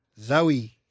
Zoe